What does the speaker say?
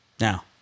Now